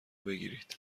بگیرید